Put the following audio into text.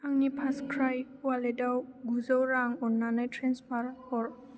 आंनि फार्स्टक्राइ अवालेटाव गुजौ रां अन्नानै ट्रेन्सफार हर